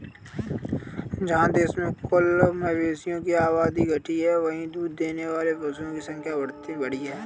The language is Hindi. जहाँ देश में कुल मवेशियों की आबादी घटी है, वहीं दूध देने वाले पशुओं की संख्या बढ़ी है